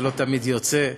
זה לא תמיד יוצא,